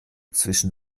zwischen